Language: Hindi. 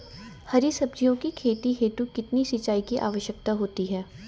हरी सब्जी की खेती हेतु कितने सिंचाई की आवश्यकता होती है?